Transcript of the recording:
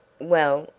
well,